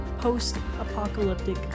post-apocalyptic